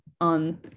on